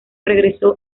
regresó